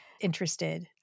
interested